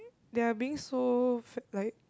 they're being so f~ like